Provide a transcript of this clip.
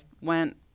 went